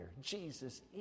Jesus